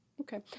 Okay